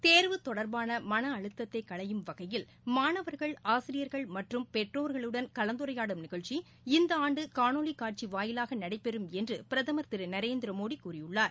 தேர்வு தொடர்பானமனஅழுத்தத்தைகளையும் வகையில் மாணவர்கள் ஆசிரியர்கள் மற்றும் பெற்றோர்களுடன் கலந்துரையாடும் இந்தஆண்டுகாணொலிகாட்சிவாயிலாகநடைபெறும் என்றுபிரதமர் நிகழ்ச்சி திருநரேந்திரமோடிகூறியுள்ளார்